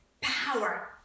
power